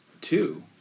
two